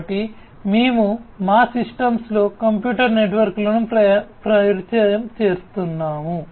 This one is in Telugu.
కాబట్టి మేము మా సిస్టమ్స్లో కంప్యూటర్ నెట్వర్క్లను పరిచయం చేస్తున్నాము